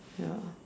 ya